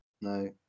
No